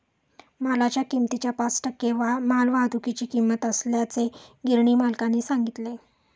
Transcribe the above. मालाच्या किमतीच्या पाच टक्के मालवाहतुकीची किंमत असल्याचे गिरणी मालकाने सांगितले